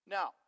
Now